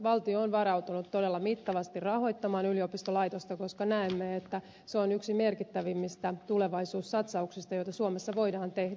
valtio on varautunut todella mittavasti rahoittamaan yliopistolaitosta koska näemme että se on yksi merkittävimmistä tulevaisuussatsauksista joita suomessa voidaan tehdä